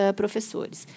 professores